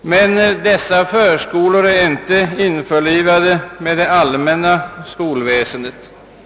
men dessa är inte införlivade med det allmänna skolväsendet.